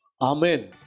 Amen